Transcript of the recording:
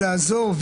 ולעזור,